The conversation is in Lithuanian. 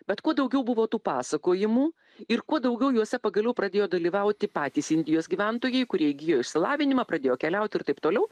bet kuo daugiau buvo tų pasakojimų ir kuo daugiau juose pagaliau pradėjo dalyvauti patys indijos gyventojai kurie įgijo išsilavinimą pradėjo keliauti ir taip toliau